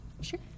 sure